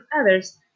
others